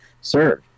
serve